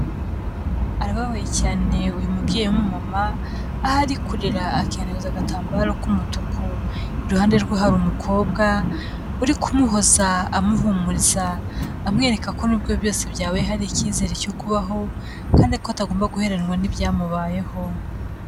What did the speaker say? Arababaye cyane uyu mubyeyi w'umumama aho ari kurira akihanaguza agatambaro k'umutuku, iruhande rwe hari umukobwa uri kumuhoza amuhumuriza amwereka ko n'ubwo byose byabaye, hari icyizere cyo kubaho kandi ko atagomba guheranwa n'ibyamubayeho.